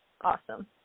Awesome